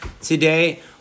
today